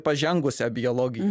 pažengusią biologiją